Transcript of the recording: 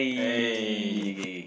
eh